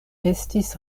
estis